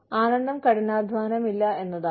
ആനന്ദം കഠിനാധ്വാനമില്ല എന്നതാണ്